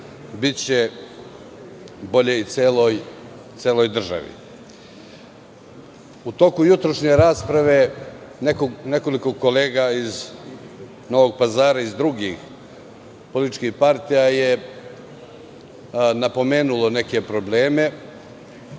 biće bolje i celoj državi.U toku jutrošnje rasprave nekoliko kolega iz Novog Pazara iz drugih političkih partija je napomenulo neke probleme